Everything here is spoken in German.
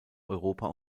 europa